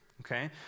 Okay